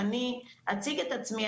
ואני אציג את עצמי,